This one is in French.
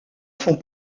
font